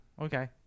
okay